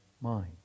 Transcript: mind